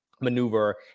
maneuver